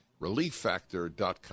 relieffactor.com